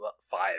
five